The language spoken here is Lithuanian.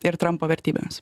ir trampo vertybėmis